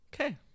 Okay